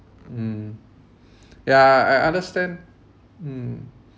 mm yeah I understand mm